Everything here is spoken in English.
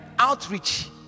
Outreach